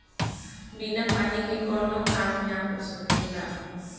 बिना पानी के कावनो काम ना हो सकेला